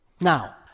Now